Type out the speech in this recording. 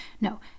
no